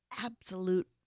absolute